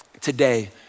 today